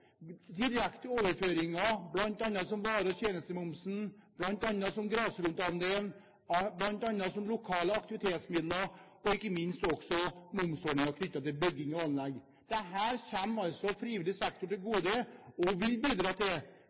Direkte overføringer, bl.a. vare- og tjenestemomsen, grasrotandelen, lokale aktivitetsmidler og ikke minst momsordningen knyttet til bygg og anlegg, kommer frivillig sektor til gode. De vil bidra til